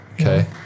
Okay